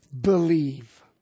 believe